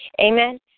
Amen